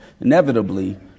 inevitably